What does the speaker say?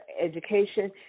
education